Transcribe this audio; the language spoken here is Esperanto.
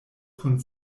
kun